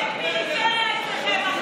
אין פריפריה אצלכם.